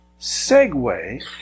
segue